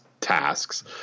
tasks